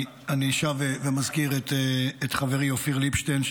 אני שב ומזכיר את חברי אופיר ליבשטיין,